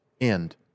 end